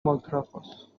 maltrafas